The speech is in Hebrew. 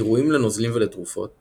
עירויים לנוזלים ולתרופות